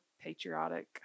patriotic